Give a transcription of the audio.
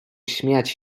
śmiać